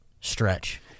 stretch